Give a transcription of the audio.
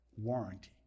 Warranty